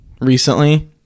recently